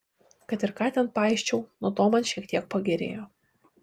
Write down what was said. kad ir ką ten paisčiau nuo to man šiek tiek pagerėjo